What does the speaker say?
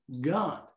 God